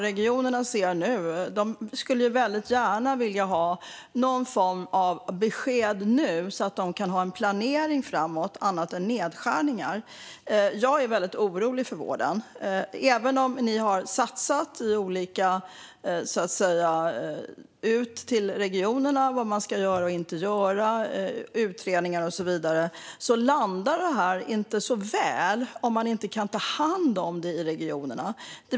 Regionerna skulle väldigt gärna vilja ha någon form av besked nu så att de kan ha en annan planering framåt än bara nedskärningar. Jag är väldigt orolig för vården. Även om ni har gjort olika satsningar ut i regionerna och sagt vad man ska göra och inte göra, tillsatt utredningar och så vidare, landar det inte så väl om man inte kan ta hand om det i regionerna.